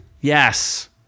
Yes